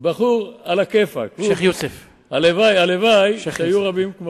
על-ידי גינות וכיוצא בזה,